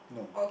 no